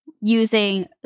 using